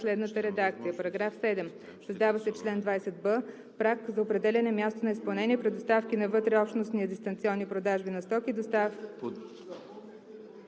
„§ 7. Създава се чл. 20б: „Праг за определяне място на изпълнение при доставки на вътреобщностни дистанционни продажби на стоки и доставки